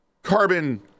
Carbon